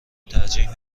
ترجیح